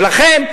ולכן,